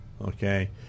okay